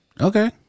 Okay